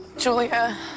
Julia